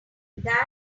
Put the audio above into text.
keyboard